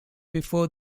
before